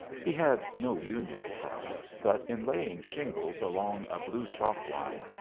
he had no union card, but, in laying shingles along a blue chalk line,